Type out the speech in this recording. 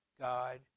God